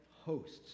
hosts